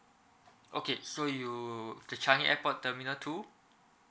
okay so you the changi airport terminal two